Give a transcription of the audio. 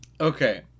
Okay